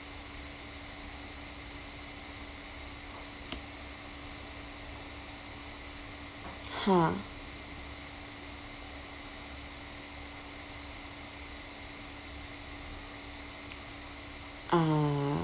ha uh